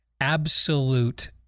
absolute